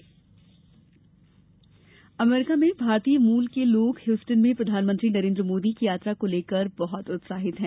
howdy Modi कार्यक्रम America में भारतीय मूल के लोग ह्यूस्टन में प्रधानमंत्री नरेन्द्र मोदी की यात्रा को लेकर बहत उत्साहित हैं